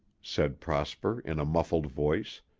said prosper in a muffled voice,